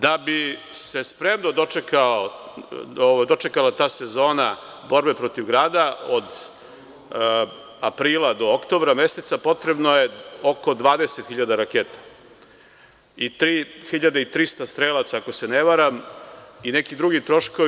Da bi se spremno dočekala ta sezona borbe protiv grada, od aprila do oktobra meseca, potrebno je oko 20 hiljada raketa i 3300 strelaca, ako se ne varam i neki drugi troškovi.